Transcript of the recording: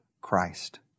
Christ